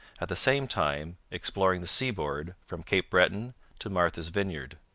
at the same time exploring the seaboard from cape breton to martha's vineyard.